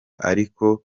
ariko